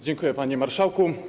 Dziękuję, panie marszałku.